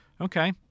okay